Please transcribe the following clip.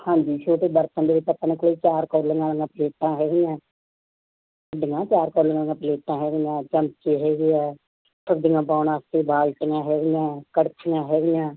ਹਾਂਜੀ ਛੋਟੇ ਬਰਤਨ ਦੇ ਵਿੱਚ ਆਪਣੇ ਕੋਲ ਚਾਰ ਕੋਲੀਆਂ ਵਾਲੀਆਂ ਪਲੇਟਾਂ ਹੈਗੀਆਂ ਵੱਡੀਆਂ ਚਾਰ ਕੋਲੀਆਂ ਵਾਲੀਆਂ ਪਲੇਟਾਂ ਹੈਗੀਆਂ ਚਮਚੇ ਹੈਗੇ ਆ ਸਬਜ਼ੀਆਂ ਪਾਉਣ ਵਾਸਤੇ ਬਾਲਟੀਆਂ ਹੈਗੀਆਂ ਕੜਛੀਆਂ ਹੈਗੀਆਂ